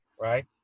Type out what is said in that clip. right